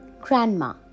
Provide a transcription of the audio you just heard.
Grandma